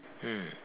mm